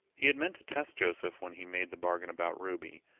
he had meant to test joseph when he made the bargain about ruby,